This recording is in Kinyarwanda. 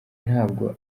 ntabwo